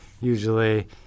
usually